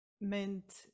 meant